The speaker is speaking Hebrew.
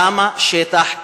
שם השטח כבוש,